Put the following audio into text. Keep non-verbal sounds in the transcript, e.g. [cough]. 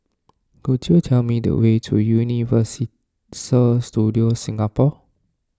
could you tell me the way to Universal [unintelligible] Studios Singapore